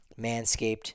manscaped